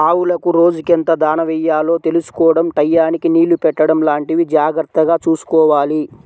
ఆవులకు రోజుకెంత దాణా యెయ్యాలో తెలుసుకోడం టైయ్యానికి నీళ్ళు పెట్టడం లాంటివి జాగర్తగా చూసుకోవాలి